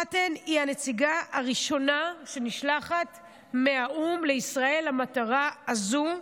פאטן היא הנציגה הראשונה שנשלחת מהאו"ם לישראל למטרה הזאת.